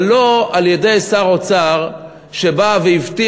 אבל לא על-ידי שר אוצר שהבטיח,